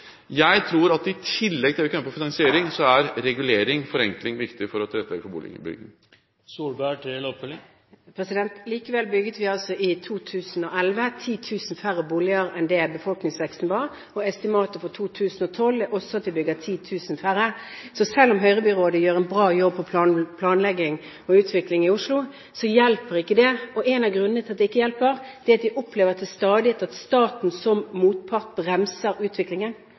Jeg tror at i tillegg til det vi kan gjøre på finansiering, er regulering og forenkling viktig for å tilrettelegge for boligbygging. Likevel bygget vi altså i 2011 10 000 færre boliger enn det befolkningsveksten tilsa, og estimatet for 2012 er også at vi bygger 10 000 færre. Så selv om Høyre-byrådet gjør en bra jobb med planlegging og utvikling i Oslo, så hjelper ikke det. En av grunnene til at det ikke hjelper, er at de til stadighet opplever at staten som motpart bremser utviklingen.